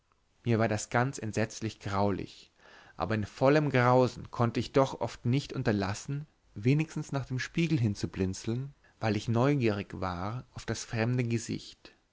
mir war das ganz entsetzlich graulich aber in vollem grausen konnt ich doch oft nicht unterlassen wenigstens nach dem spiegel hinzublinzeln weil ich neugierig war auf das fremde gesicht